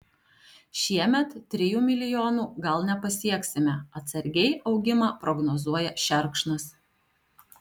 šiemet trijų milijonų gal nepasieksime atsargiai augimą prognozuoja šerkšnas